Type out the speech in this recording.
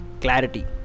Clarity